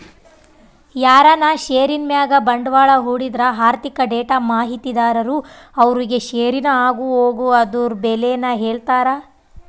ಯಾರನ ಷೇರಿನ್ ಮ್ಯಾಗ ಬಂಡ್ವಾಳ ಹೂಡಿದ್ರ ಆರ್ಥಿಕ ಡೇಟಾ ಮಾಹಿತಿದಾರರು ಅವ್ರುಗೆ ಷೇರಿನ ಆಗುಹೋಗು ಅದುರ್ ಬೆಲೇನ ಹೇಳ್ತಾರ